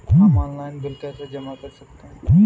हम online bill कैसे जमा कर सकते हैं?